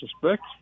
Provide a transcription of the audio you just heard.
suspect